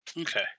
Okay